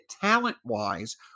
talent-wise